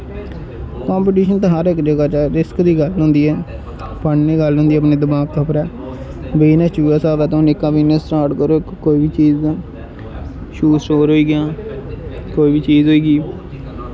competition ते हर इक जगह् जाओ रिस्क दी गल्ल होंदी ऐ पढ़ने दी गल्ल होंदी ऐ अपने दमाग उप्पर बिजनस च उ'ऐ तुस निक्का बिजनस स्टार्ट करो कोई बी चीज शूज़ स्टोर होई गेआ कोई बी चीज होई